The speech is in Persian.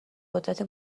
قدرت